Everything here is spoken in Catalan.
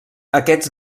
aquests